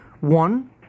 One